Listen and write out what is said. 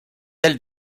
ailes